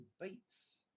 beats